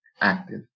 active